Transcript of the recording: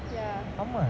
ya